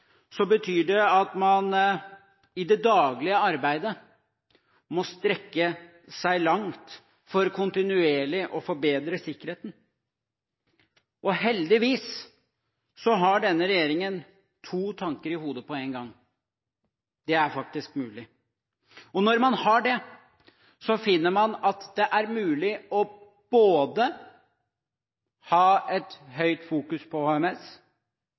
betyr det at man i det daglige arbeidet må strekke seg langt for kontinuerlig å forbedre sikkerheten. Heldigvis har denne regjeringen to tanker i hodet på en gang – det er faktisk mulig. Når man har det, finner man at det er mulig å ha et høyt fokus på